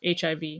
HIV